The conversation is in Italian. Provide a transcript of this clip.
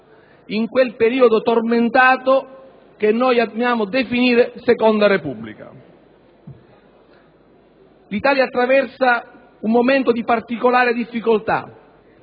in quel periodo tormentato che amiamo definire seconda Repubblica. L'Italia attraversa un momento di particolare difficoltà